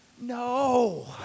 No